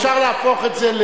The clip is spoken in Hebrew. אפשר להפוך את זה,